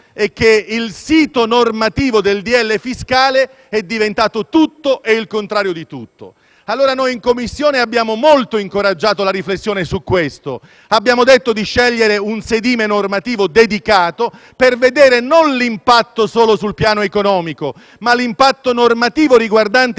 è che il sito normativo del decreto-legge fiscale è diventato tutto e il contrario di tutto. Noi in Commissione abbiamo molto incoraggiato la riflessione su questo punto. Abbiamo detto di scegliere un sedime normativo dedicato per valutare l'impatto non solo sul piano economico, ma l'impatto normativo riguardante